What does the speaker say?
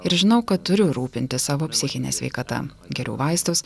ir žinau kad turiu rūpintis savo psichine sveikata geriu vaistus